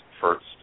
first